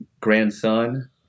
grandson